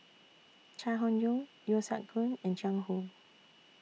Chai Hon Yoong Yeo Siak Goon and Jiang Hu